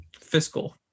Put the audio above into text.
Fiscal